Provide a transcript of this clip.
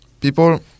people